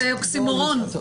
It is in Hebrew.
זה אוקסימורון.